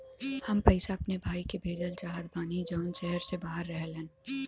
हम पैसा अपने भाई के भेजल चाहत बानी जौन शहर से बाहर रहेलन